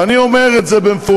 ואני אומר את זה במפורש: